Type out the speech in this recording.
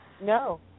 No